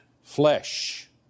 flesh